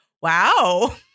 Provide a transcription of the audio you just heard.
wow